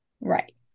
right